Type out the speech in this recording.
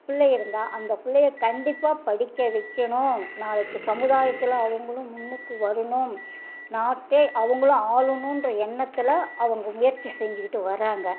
பிள்ளையிருந்தா அந்த பிள்ளைய கண்டிப்பாக படிக்க வைக்கணும் நாளைக்குச் சமுதாயத்தில் அவங்களும் முன்னுக்கு வரணும் நாட்டை அவங்களும் ஆளணும்ற எண்ணத்தில் அவங்க முயற்சி செஞ்சுக்கிட்டு வராங்க